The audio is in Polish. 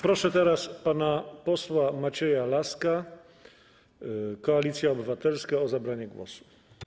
Proszę teraz pana posła Macieja Laska, Koalicja Obywatelska, o zabranie głosu.